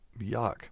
yuck